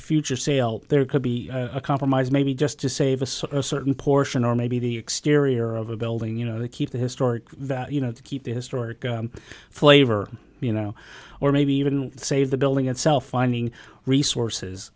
future sale there could be a compromise maybe just to save a sort of a certain portion or maybe the exterior of a building you know keep the historic you know to keep the historic flavor you know or maybe even save the building itself finding resources